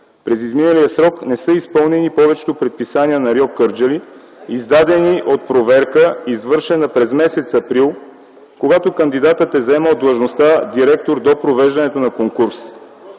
през изминалия срок не са изпълнени повечето предписания на РИО – Кърджали, издадени от проверка, извършена през м. април, когато кандидатът е заемал длъжността директор до провеждането на конкурса.